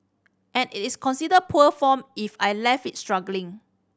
and is it considered poor form if I left it struggling